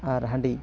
ᱟᱨ ᱦᱟᱺᱰᱤ